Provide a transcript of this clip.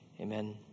Amen